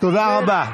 תודה רבה.